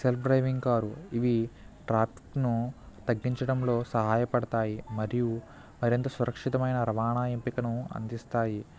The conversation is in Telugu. సెల్ఫ్ డ్రైవింగ్ కారు ఇవి ట్రాక్ను తగ్గించడంలో సహాయపడతాయి మరియు మరింత సురక్షితమైన రవాణా ఎంపికను అందిస్తాయి